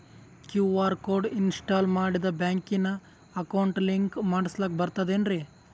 QR code install ಮಾಡಿಂದ ಬ್ಯಾಂಕಿನ account link ಮಾಡಸ್ಲಾಕ ಬರ್ತದೇನ್ರಿ